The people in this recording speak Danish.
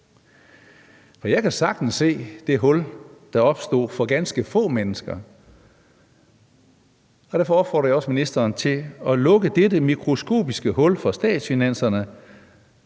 For jeg kan sagtens se det hul, der opstod for ganske få mennesker. Derfor opfordrer jeg også ministeren til at lukke dette for statsfinanserne